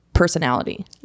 Personality